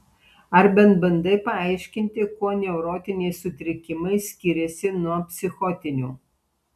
ar bent bandai paaiškinti kuo neurotiniai sutrikimai skiriasi nuo psichotinių